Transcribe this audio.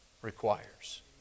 requires